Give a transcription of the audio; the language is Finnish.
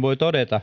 voi todeta